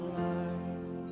life